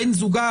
בן זוגה,